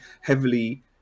heavily